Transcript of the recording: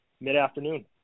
mid-afternoon